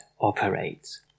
operates